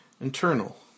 Internal